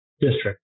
District